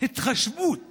התחשבות